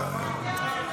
אתה לא ברשימה הנכונה.